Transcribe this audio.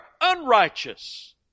unrighteous